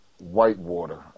Whitewater